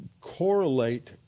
correlate